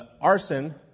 Arson